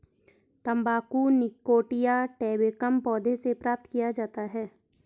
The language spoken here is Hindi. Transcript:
तंबाकू निकोटिया टैबेकम पौधे से प्राप्त किया जाता है